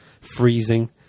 freezing